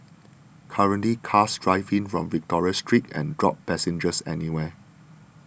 currently cars drive in from Victoria Street and drop passengers anywhere